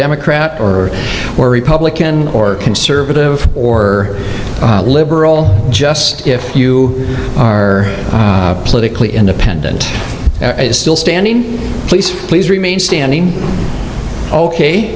democrat or republican or conservative or liberal just if you are politically independent still standing please please remain standing ok